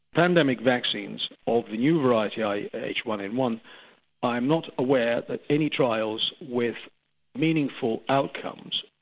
pandemic vaccines of the new variety ah yeah h one n one i'm not aware that any trials with meaningful outcomes,